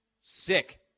Sick